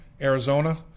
Arizona